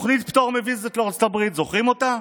תוכנית פטור מוויזות לארצות הברית, זוכרים אותה?